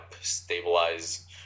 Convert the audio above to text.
stabilize